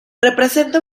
representa